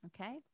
Okay